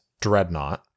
dreadnought